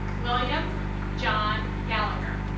william john gallagher